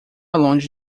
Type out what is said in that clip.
longe